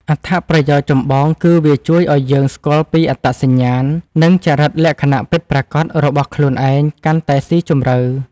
អត្ថប្រយោជន៍ចម្បងគឺវាជួយឱ្យយើងស្គាល់ពីអត្តសញ្ញាណ និងចរិតលក្ខណៈពិតប្រាកដរបស់ខ្លួនឯងកាន់តែស៊ីជម្រៅ។